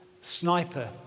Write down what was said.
sniper